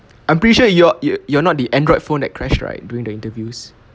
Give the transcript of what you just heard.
I'm pretty sure you're you're you're not the Android phone that crashed right during the interviews